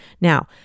Now